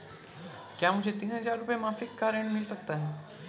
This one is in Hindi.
क्या मुझे तीन हज़ार रूपये मासिक का ऋण मिल सकता है?